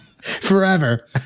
Forever